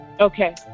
Okay